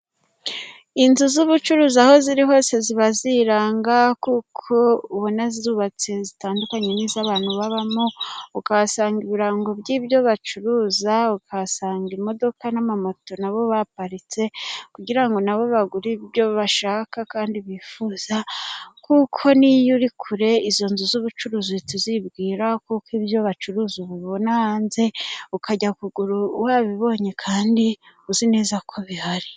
Inzu z'ubucuruzi aho ziri hose ziba ziranga, kuko ubona zubatse zitandukanye n'iz'abantu babamo, ukahasanga ibirango by'ibyo bacuruza, ukahasanga imodoka n'ama moto na bo baparitse kugira ngo na bo bagure ibyo bashaka, kandi bifuza kuko niyo uri kure izo nzu z'ubucuruzi tuzibwira, kuko ibyo bacuruza ubibona hanze, ukajya kugura wabibonye kandi uzi neza ko bihari.